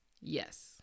Yes